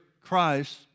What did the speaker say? Christ